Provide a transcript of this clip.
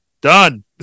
Done